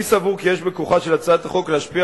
אני סבור כי יש בכוחה של הצעת החוק להשפיע